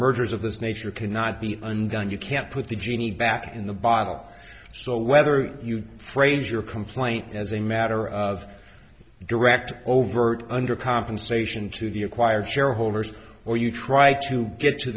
mergers of this nature cannot be undone you can't put the genie back in the bottle so whether you phrase your complaint as a matter of direct overt under compensation to the acquired shareholders or you try to get to